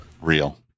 real